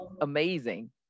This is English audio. amazing